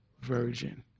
virgin